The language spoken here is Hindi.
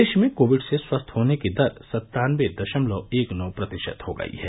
देश में कोविड से स्वस्थ होने की दर सत्तानबे दशमलव एक नौ प्रतिशत हो गई है